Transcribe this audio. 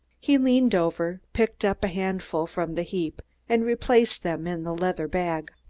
he leaned over, picked up a handful from the heap and replaced them in the leather bag.